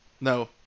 No